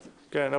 כן,